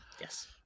Yes